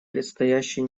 предстоящие